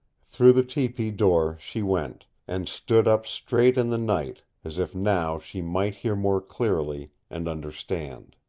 through the tepee door she went, and stood up straight in the night, as if now she might hear more clearly, and understand.